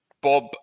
Bob